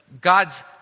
God's